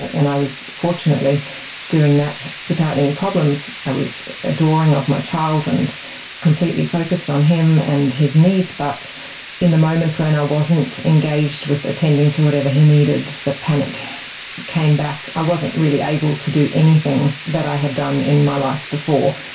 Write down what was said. and i was fortunately doing that without any problems. i was adoring of my child and completely focused on him and his needs. but in the moments when i wasn't engaged with attending to whatever he needed, the panic came back. i wasn't really able to do anything that i had done in my life before.